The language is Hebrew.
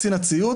קצין הציות,